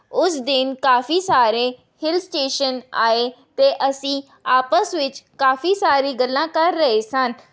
ਉਸ ਦਿਨ ਕਾਫ਼ੀ ਸਾਰੇ ਹਿਲ ਸਟੇਸ਼ਨ ਆਏ ਅਤੇ ਅਸੀਂ ਆਪਸ ਵਿੱਚ ਕਾਫ਼ੀ ਸਾਰੀ ਗੱਲਾਂ ਕਰ ਰਹੇ ਸਨ